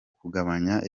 kugabanya